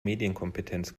medienkompetenz